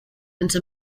into